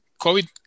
COVID